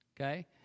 Okay